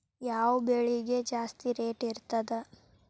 ಯಾವ ಬೆಳಿಗೆ ಜಾಸ್ತಿ ರೇಟ್ ಇರ್ತದ?